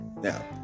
Now